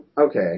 okay